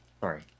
Sorry